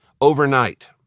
overnight